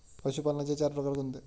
पशुपालनाचे चार प्रकार कोणते?